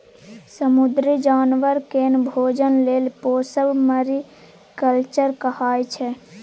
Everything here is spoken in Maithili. समुद्री जानबर केँ भोजन लेल पोसब मेरीकल्चर कहाइ छै